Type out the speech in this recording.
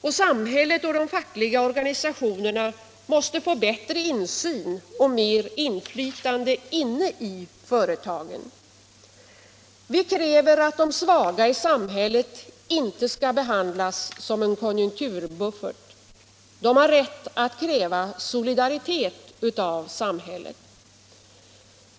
Och samhället och de fackliga organisationerna måste få bättre insyn och större inflytande inne i företagen. Vi kräver att de svaga i samhället inte skall behandlas som en konjunkturbuffert. De har rätt att kräva solidaritet av samhället.